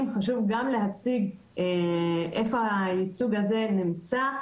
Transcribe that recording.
חשוב גם להציג איפה הייצוג הזה נמצא,